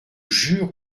jure